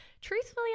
Truthfully